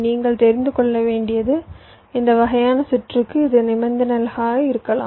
இது நீங்கள் தெரிந்து கொள்ள வேண்டியது இந்த வகையான சுற்றுக்கு இது நிபந்தனைகளாக இருக்கும்